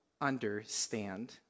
understand